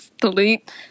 Delete